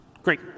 Great